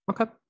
okay